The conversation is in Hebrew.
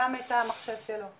גם את המחשב ששלו,